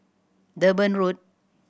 Durban Road